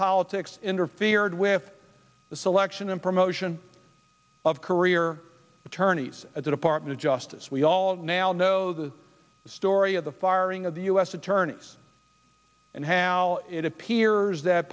politics interfered with the selection and promotion of career attorneys at the department of justice we all now know the story of the firing of the u s attorneys and how it appears that